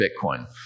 Bitcoin